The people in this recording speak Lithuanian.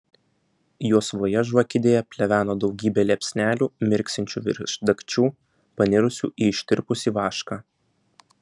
juosvoje žvakidėje pleveno daugybė liepsnelių mirksinčių virš dagčių panirusių į ištirpusį vašką